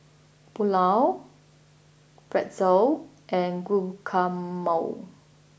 Pulao Pretzel and Guacamole